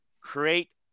create